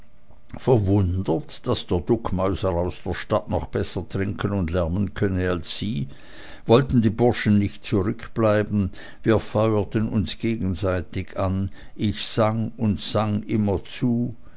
verwundert daß der duckmäuser aus der stadt noch besser trinken und lärmen könne als sie wollten die bursche nicht zurückbleiben wir feuerten uns gegenseitig an ich sang und sang immerzu